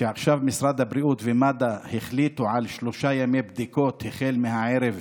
ועכשיו משרד הבריאות ומד"א החליטו על שלושה ימי בדיקות החל מהערב